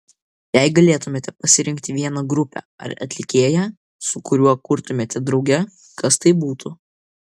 jei galėtumėte pasirinkti vieną grupę ar atlikėją su kuriuo kurtumėte drauge kas tai būtų